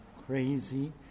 crazy